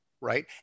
right